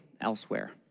elsewhere